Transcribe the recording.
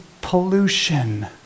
pollution